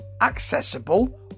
accessible